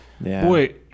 Boy